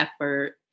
effort